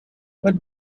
but